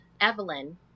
evelyn